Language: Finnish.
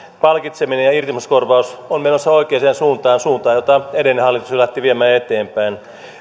palkitseminen ja irtisanomiskorvaus ovat menossa oikeaan suuntaan suuntaan jota edellinen hallitus lähti viemään eteenpäin